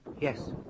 Yes